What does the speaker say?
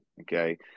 Okay